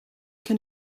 can